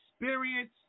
experience